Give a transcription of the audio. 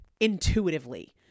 intuitively